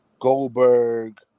Goldberg